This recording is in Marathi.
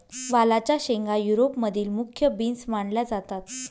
वालाच्या शेंगा युरोप मधील मुख्य बीन्स मानल्या जातात